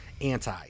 anti